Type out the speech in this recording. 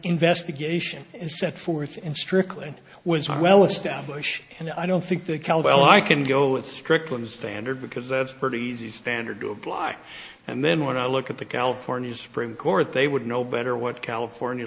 investigation and set forth and strickland was well established and i don't think the color i can go with strickland standard because that's pretty easy standard to apply and then when i look at the california supreme court they would know better what california